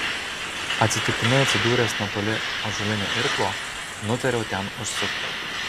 atsitiktinai atsidūręs netoli ąžuolinio irklo nutariau ten užsukti